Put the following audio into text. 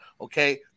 okay